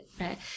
right